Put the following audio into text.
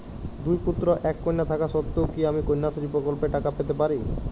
দুই পুত্র এক কন্যা থাকা সত্ত্বেও কি আমি কন্যাশ্রী প্রকল্পে টাকা পেতে পারি?